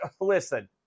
Listen